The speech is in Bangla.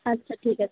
আচ্ছা ঠিক আছে